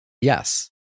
Yes